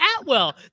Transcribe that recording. Atwell